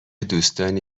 دوستانی